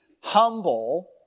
humble